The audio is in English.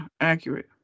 accurate